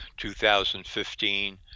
2015